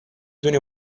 دونی